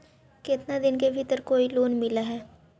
केतना दिन के भीतर कोइ लोन मिल हइ?